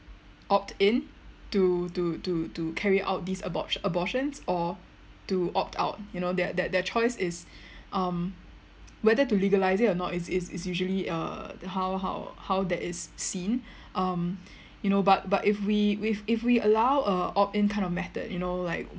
opt in to to to to carry out these abort abortions or to opt out you know their their their choice is um whether to legalise it or not is is usually uh the how how how that is seen um you know but but if we if if we allow uh opt in kind of method you know like